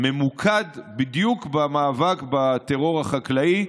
ממוקד בדיוק במאבק בטרור החקלאי.